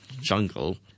jungle